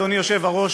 אדוני היושב-ראש,